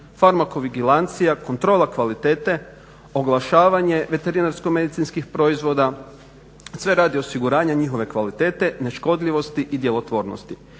farmakoviligilancija, kontrola kvalitete, oglašavanje veterinarsko-medicinskih proizvoda sve radi osiguranja njihove kvalitete, neškodljivosti i nedjelotvornosti